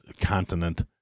continent